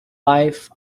life